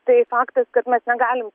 tai faktas kad mes negalim